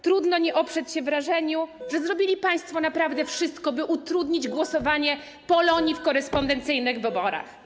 Trudno nie oprzeć się wrażeniu, że zrobili państwo naprawdę wszystko, by utrudnić głosowanie Polonii w korespondencyjnych wyborach.